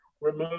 remove